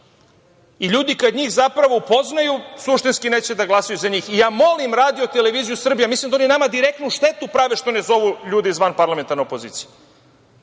i ljudi kad njih, zapravo, upoznaju suštinski neće da glasaju za njih. Molim RTS, mislim da oni nama direktnu štetu prave što ne zovu ljude iz vanparlamentarne opozicije,